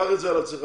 קח את זה על עצמך.